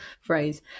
phrase